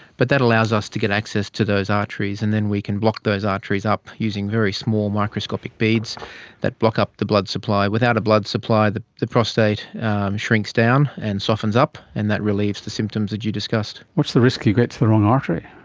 but that allows us to get access to those arteries and then we can block those arteries up using very small microscopic beads that block up the blood supply. without a blood supply, the the prostate shrinks down and softens up and that relieves the symptoms that you discussed. what's the risk you'll get to the wrong artery?